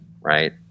right